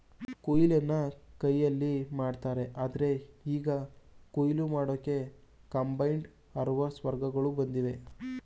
ಕೊಯ್ಲನ್ನ ಕೈಯಲ್ಲಿ ಮಾಡ್ತಾರೆ ಆದ್ರೆ ಈಗ ಕುಯ್ಲು ಮಾಡೋಕೆ ಕಂಬೈನ್ಡ್ ಹಾರ್ವೆಸ್ಟರ್ಗಳು ಬಂದಿವೆ